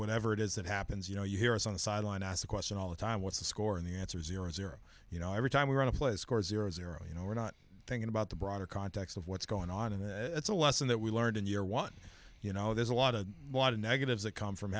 whatever it is that happens you know you hear us on the sideline ask the question all the time what's the score and the answer is zero zero you know every time we want to play score zero zero you know we're not thinking about the broader context of what's going on and it's a lesson that we learned in year one you know there's a lot a lot of negatives that come from